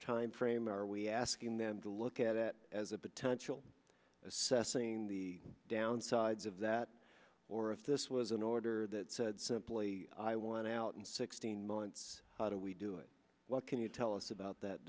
timeframe are we asking them to look at it as a potential assessing the downsides of that or if this was an order that said simply i want out in sixteen months how do we do it what can you tell us about that